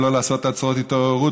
ולא לעשות עצרות התעוררות,